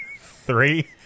Three